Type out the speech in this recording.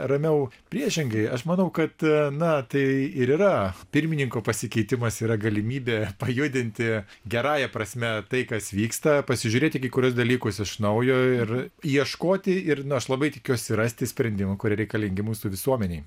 ramiau priešingai aš manau kad na tai ir yra pirmininko pasikeitimas yra galimybė pajudinti gerąja prasme tai kas vyksta pasižiūrėti į kai kuriuos dalykus iš naujo ir ieškoti ir aš labai tikiuosi rasti sprendimų kurie reikalingi mūsų visuomenei